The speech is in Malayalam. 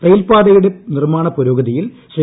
റെയിൽ പാതയുടെ നിർമ്മാണ പുരോഗതിയിൽ ശ്രീ